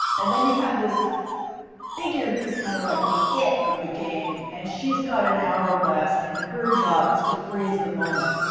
and then, you have this figure who's kind of like the it of the game. and she's got an hourglass. and her job is to freeze the moment.